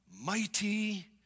Mighty